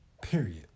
Period